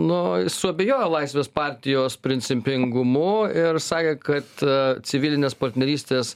nu suabejojo laisvės partijos principingumu ir sakė kad civilinės partnerystės